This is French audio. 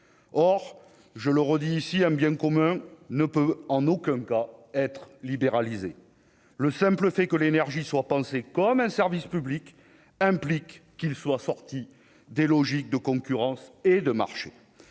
or je le redis ici un bien commun ne peut en aucun cas être libéralisée, le simple fait que l'énergie soit pensé comme un service public implique qu'il soit sorti des logiques de concurrence et de marché,